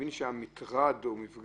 הדגש על מטרד הוא בחוק